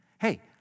Hey